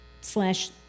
slash